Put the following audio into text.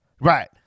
Right